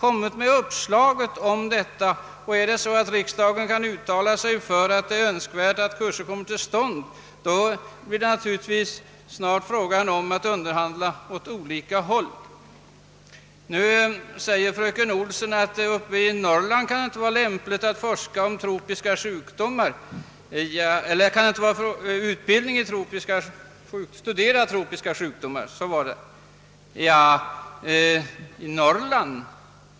Om emellertid riksdagen uttalar sig för att det är önskvärt att sådana kurser kommer till stånd, blir det naturligtvis snart fråga om att inleda underhandlingar. Fröken Olsson sade också att det inte kan vara lämpligt att studera tropiska sjukdomar uppe i Norrland. Varför inte i Norrland?